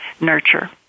nurture